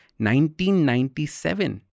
1997